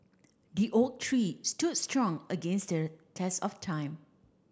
the oak tree stood strong against the test of time